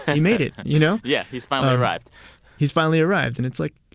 he made it, you know yeah. he's finally arrived he's finally arrived. and it's like,